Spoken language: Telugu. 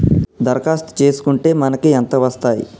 దరఖాస్తు చేస్కుంటే మనకి ఎంత వస్తాయి?